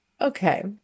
Okay